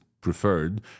preferred